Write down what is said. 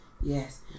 Yes